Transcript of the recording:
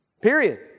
Period